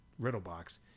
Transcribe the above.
Riddlebox